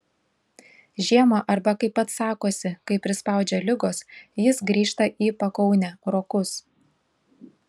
žiemą arba kaip pats sakosi kai prispaudžia ligos jis grįžta į pakaunę rokus